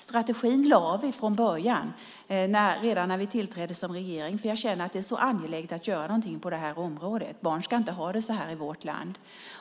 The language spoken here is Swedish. Strategin lade vi från början redan när vi tillträdde som regering. Jag känner att det är så angeläget att göra någonting på det här området. Barn ska inte ha det så här i vårt land.